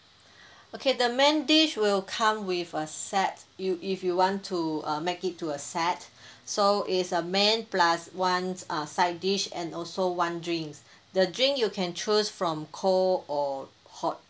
okay the main dish will come with a set you if you want to uh make it to a set so is a main plus one uh side dish and also one drinks the drink you can choose from cold or hot